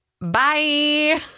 Bye